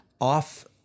off